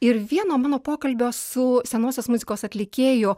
ir vieno mano pokalbio su senosios muzikos atlikėju